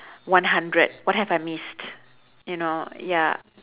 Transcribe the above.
one hundred what have I missed you know ya